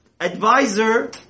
advisor